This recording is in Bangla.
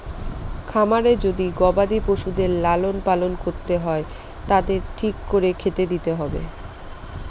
খামারে যদি গবাদি পশুদের লালন পালন করতে হয় তাদের ঠিক করে খেতে দিতে হবে